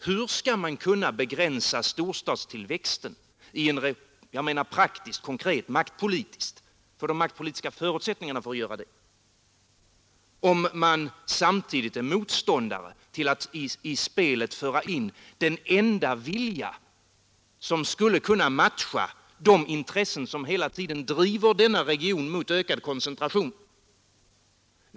Hur skall man få de maktpolitiska förutsättningarna för att praktiskt, konkret kunna begränsa storstadstillväxten om man samtidigt är motståndare till att i spelet föra in den enda vilja som skulle kunna matcha de intressen som hela tiden driver denna region mot ökad koncentration?